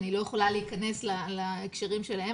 אני לא יכולה להיכנס להקשרים שלהם,